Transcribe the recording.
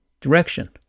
direction